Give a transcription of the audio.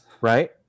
Right